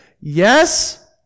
Yes